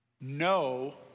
No